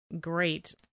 Great